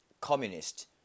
communist